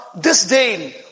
disdain